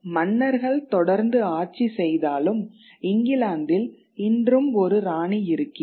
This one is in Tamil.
மன்னர்கள் தொடர்ந்து ஆட்சி செய்தாலும் இங்கிலாந்தில் இன்றும் ஒரு ராணி இருக்கிறார்